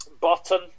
Button